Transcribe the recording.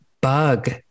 Bug